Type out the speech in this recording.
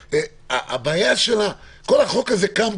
למה החוק זה כאן?